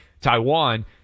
Taiwan